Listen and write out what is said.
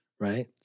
Right